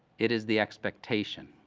it is the expectation.